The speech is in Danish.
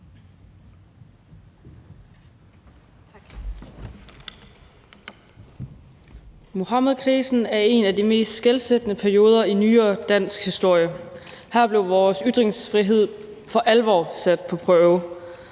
Muhammedkrisen er en af de mest skelsættende perioder i nyere dansk historie. Her blev vores ytringsfrihed for alvor sat på prøve,